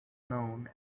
known